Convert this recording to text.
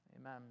amen